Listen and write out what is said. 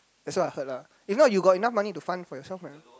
that's what I heard lah if not you got enough money to fund for yourself meh